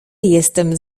jestem